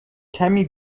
کمی